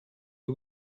you